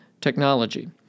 technology